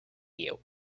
you